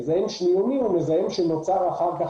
מזהם שניוני הוא מזהם שנוצר אחר כך